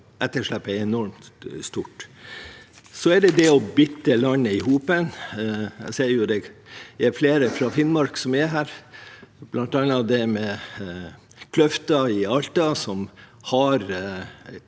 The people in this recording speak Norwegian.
etterslepet er enormt stort. Så er det det å binde landet sammen – jeg ser at det er flere fra Finnmark som er her – bl.a. det med Kløfta i Alta, som har